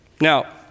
Now